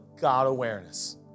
God-awareness